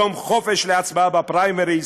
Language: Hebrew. יום חופש להצבעה בפריימריז,